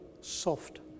soft